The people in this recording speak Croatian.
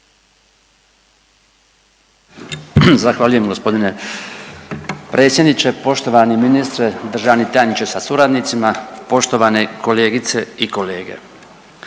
Zahvaljujem g. predsjedniče. Poštovani ministre, državni tajniče sa suradnicima. Poštovane kolegice i kolege.